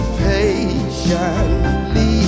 patiently